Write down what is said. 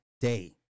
day